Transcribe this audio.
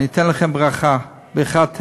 אני אתן לכם ברכה, ברכת הדיוט,